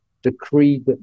decreed